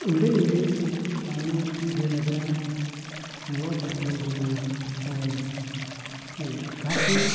उन्दै उन्दै दानि गेलेग्रा मुवाफोरखौ जोङो गासै